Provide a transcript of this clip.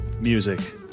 Music